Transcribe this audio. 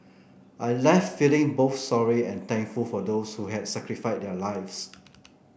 I left feeling both sorry and thankful for those who had sacrificed their lives